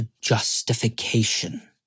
justification